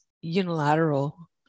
unilateral